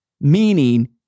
meaning